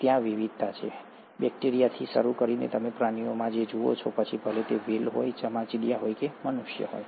તેથી ત્યાં વિવિધતા છે બેક્ટેરિયાથી શરૂ કરીને તમે પ્રાણીઓમાં જે જુઓ છો પછી ભલે તે વ્હેલ હોય ચામાચીડિયા હોય કે મનુષ્ય હોય